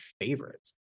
favorites